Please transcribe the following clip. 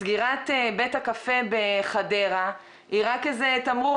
סגירת בית הקפה בחדרה היא רק איזה תמרור